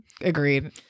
agreed